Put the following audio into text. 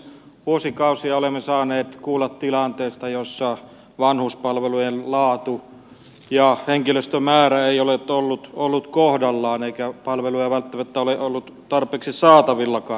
vuosikausia olemme saaneet kuulla tilanteesta jossa vanhuspalvelujen laatu ja henkilöstömäärä eivät ole olleet kohdallaan eikä palveluja välttämättä ole ollut tarpeeksi saatavillakaan